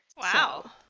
Wow